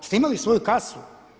Jeste imali svoju kasu?